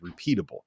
repeatable